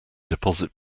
deposit